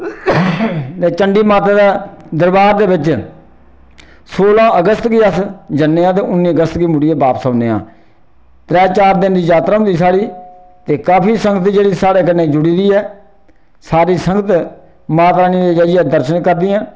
ते चंडी माता दे दरबार दे बिच्च सोलां अगस्त गी अस जन्ने आं ते उन्नी अगस्त गी मुड़ियै बापस औन्ने आं त्रै चार दिन दी जात्तरा होंदी साढ़ी ते काफी संगत जेह्ड़ी साढ़े कन्नै जुड़ी दी ऐ सारी संगत माता रानी दे जाइयै दर्शन करदी ऐ